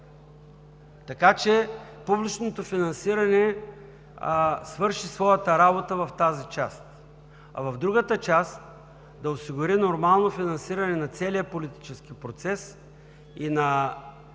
Така че публичното финансиране свърши своята работа в тази част. А в другата част, да осигури нормално финансиране на целия политически процес и на